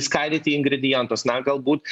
skaidyti į ingredientus na galbūt